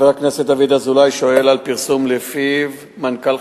חבר הכנסת דוד אזולאי שואל על פרסום שלפיו מנכ"ל